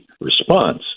response